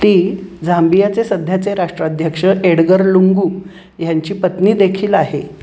ती झांबियाचे सध्याचे राष्ट्रध्यक्ष एडगर लुंगू यांची पत्नी देखील आहे